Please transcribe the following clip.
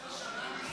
ניסיון ניהולי.